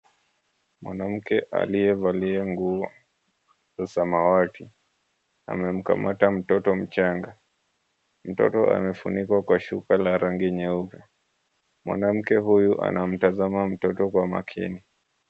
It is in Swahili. Mwanamke aliyevalia nguo za samawati amemkamata mtoto mchanga. Mtoto amefunikwa kwa shuka la rangi nyeupe. Mwanamke huyu anamtazama mtoto kwa makini.